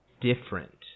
different